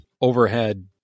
overhead